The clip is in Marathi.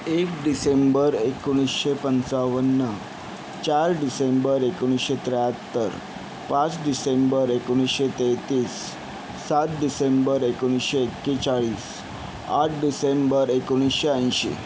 एक डिसेंबर एकोणीसशे पंचावन्न चार डिसेंबर एकोणीसशे त्र्याहत्तर पाच डिसेंबर एकोणीसशे तेहतीस सात डिसेंबर एकोणीसशे एकेचाळीस आठ डिसेंबर एकोणीसशे ऐंशी